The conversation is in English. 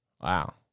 wow